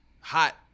hot